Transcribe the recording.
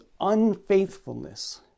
unfaithfulness